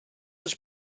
was